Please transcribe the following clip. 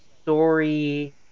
story